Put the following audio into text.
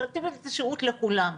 להיטיב את השירות לכולם.